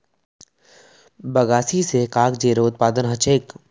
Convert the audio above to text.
बगासी स कागजेरो उत्पादन ह छेक